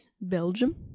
Belgium